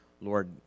Lord